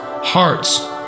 hearts